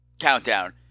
countdown